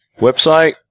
Website